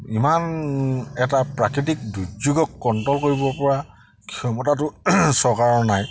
ইমান এটা প্ৰাকৃতিক দুৰ্যোগক কণ্ট্ৰল কৰিব পৰা ক্ষমতাটো চৰকাৰৰ নাই